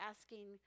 asking